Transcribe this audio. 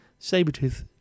Sabretooth